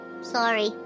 Sorry